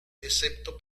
excepto